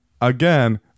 Again